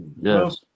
yes